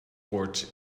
court